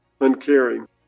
Uncaring